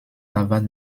harvard